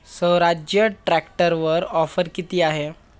स्वराज्य ट्रॅक्टरवर ऑफर किती आहे?